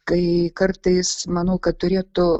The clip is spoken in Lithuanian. tai kartais manau kad turėtų